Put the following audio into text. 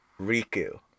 Riku